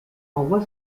envoie